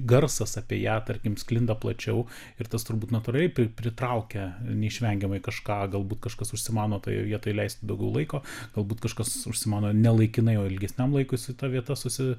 garsas apie ją tarkim sklinda plačiau ir tas turbūt natūraliai pritraukia neišvengiamai kažką galbūt kažkas užsimano toje vietoje leisti daugiau laiko galbūt kažkas užsimano ne laikinai o ilgesniam laikui su ta vieta susi